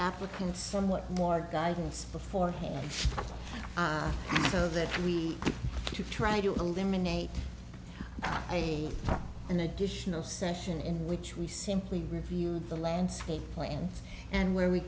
applicants somewhat more guidance beforehand so that we could try to eliminate an additional session in which we simply review the landscape plan and where we